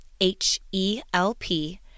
h-e-l-p